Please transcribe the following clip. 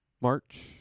march